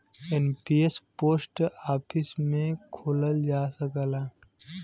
NPS post office में खोलल जा सकला